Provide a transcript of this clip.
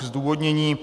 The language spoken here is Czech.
Zdůvodnění.